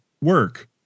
work